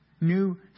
new